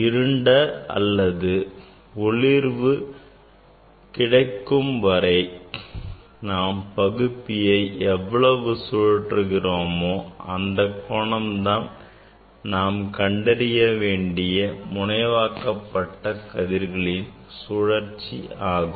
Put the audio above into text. இருண்ட அல்லது ஒளிர்வு கிடைக்கும் வரை நாம் பகுப்பியை அவ்வளவு சுழற்றுகிறோமோ அந்த கோணம் தான் நாம் கண்டறிய வேண்டிய முனைவாக்கப்பட்ட கதிர்களின் சுழற்சி ஆகும்